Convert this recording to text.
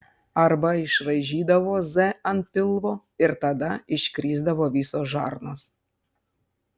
arba išraižydavo z ant pilvo ir tada iškrisdavo visos žarnos